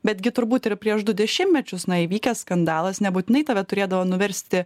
betgi turbūt ir prieš du dešimtmečius na įvykęs skandalas nebūtinai tave turėdavo nuversti